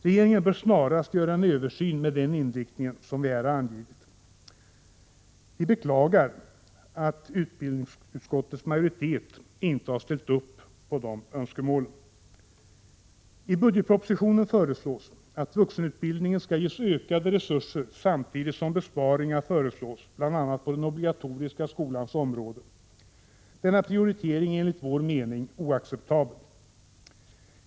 Regeringen bör snarast göra en översyn med den inriktning som vi här har angivit. Vi beklagar att utbildningsutskottets majoritet inte har ställt upp på de önskemålen. I budgetpropositionen föreslås att vuxenutbildningen skall ges ökade resurser samtidigt som besparingar föreslås, bl.a. på den obligatoriska skolans område. Denna prioritering är enligt vår mening oacceptabel.